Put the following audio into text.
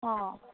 অঁ